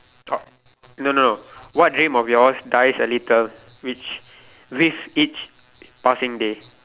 oh no no no what dream of yours dies a little which with each passing day